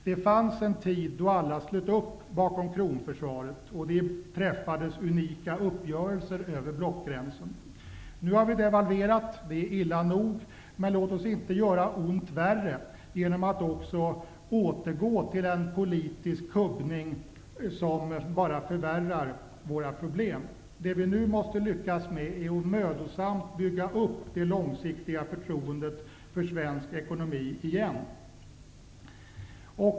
Det fanns en tid då alla slöt upp bakom försvaret av kronan och då det träffades unika uppgörelser över blockgränsen. Nu har vi devalverat, och det är illa nog, men låt oss inte göra ont värre genom att återgå till en politisk kubbning -- det förvärrar bara våra problem. Det vi nu måste lyckas med är att mödosamt bygga upp det långsiktiga förtroendet för svensk ekonomi igen.